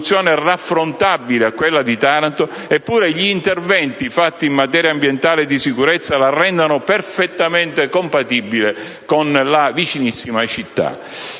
raffrontabile a quella di Taranto, eppure gli interventi fatti in materia ambientale e di sicurezza la rendono perfettamente compatibile con la vicinissima città.